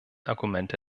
argumente